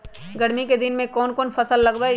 गर्मी के दिन में कौन कौन फसल लगबई?